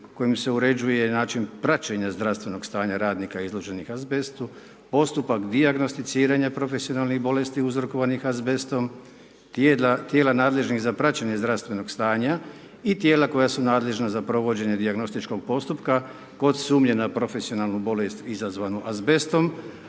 kojim se uređuje i način praćenja zdravstvenog stanja radnika izloženih azbestu, postupak dijagnosticiranja profesionalnih bolesti uzrokovanih azbestom, tijela nadležnih za praćenje zdravstvenog stanja i tijela koja su nadležna za provođenje dijagnostičkog postupka kod sumnje na profesionalnu bolest izazvanu azbestom